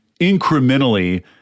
incrementally